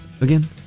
again